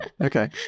Okay